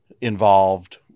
involved